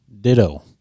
Ditto